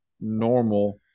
normal